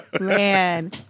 Man